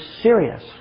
serious